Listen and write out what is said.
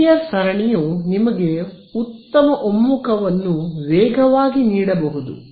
Fourier ಸರಣಿಯು ನಿಮಗೆ ಉತ್ತಮ ಒಮ್ಮುಖವನ್ನು ವೇಗವಾಗಿ ನೀಡಬಹುದು